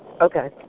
Okay